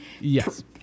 yes